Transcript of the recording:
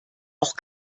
auch